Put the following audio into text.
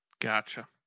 Gotcha